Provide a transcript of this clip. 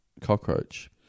cockroach